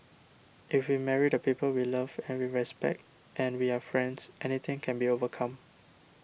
if we marry the people we love and we respect and we are friends anything can be overcome